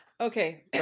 okay